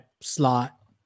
slot